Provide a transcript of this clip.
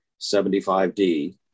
75D